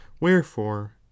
wherefore